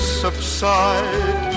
subside